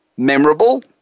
Memorable